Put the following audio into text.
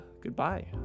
goodbye